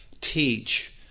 teach